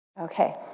Okay